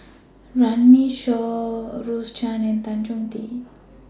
Runme Shaw Rose Chan and Tan Chong Tee